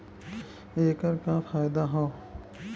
ऐकर का फायदा हव?